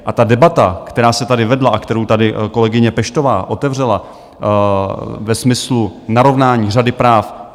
A ta debata, která se tady vedla a kterou tady kolegyně Peštová otevřela ve smyslu narovnání řady práv.